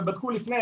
ובדקו לפני,